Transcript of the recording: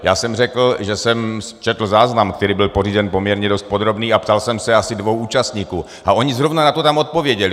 Já jsem řekl, že jsem četl záznam, který byl pořízen poměrně dost podrobný, a ptal jsem se asi dvou účastníků a oni tam na to zrovna odpověděli.